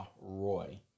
Roy